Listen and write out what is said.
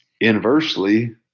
inversely